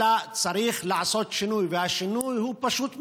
אלא צריך לעשות שינוי, והשינוי הוא פשוט מאוד: